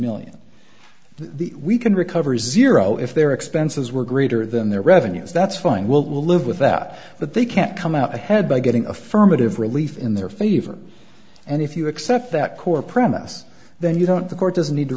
million the we can recover a zero if their expenses were greater than their revenues that's fine we'll live with that but they can't come out ahead by getting affirmative relief in their favor and if you accept that core premise then you don't